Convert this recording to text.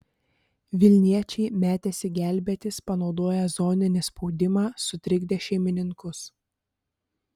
vilniečiai metėsi gelbėtis panaudoję zoninį spaudimą sutrikdė šeimininkus